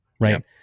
Right